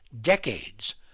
decades